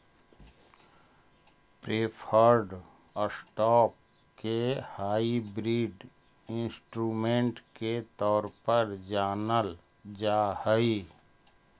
preferred stock के hybrid instrument के तौर पर जानल जा हइ